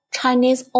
Chinese